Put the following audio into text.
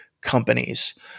Companies